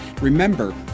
Remember